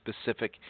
specific